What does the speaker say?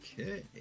Okay